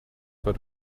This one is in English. but